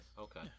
Okay